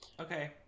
okay